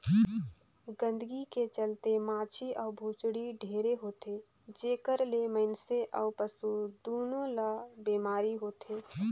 गंदगी के चलते माछी अउ भुसड़ी ढेरे होथे, जेखर ले मइनसे अउ पसु दूनों ल बेमारी होथे